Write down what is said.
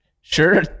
sure